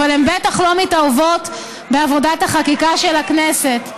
אבל הן בטח לא מתערבות בעבודת החקיקה של הכנסת.